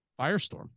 firestorm